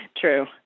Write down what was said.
True